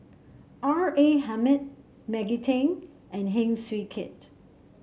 R A Hamid Maggie Teng and Heng Swee Keat